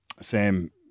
Sam